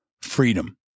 freedom